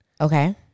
Okay